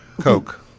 Coke